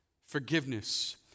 forgiveness